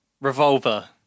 Revolver